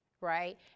right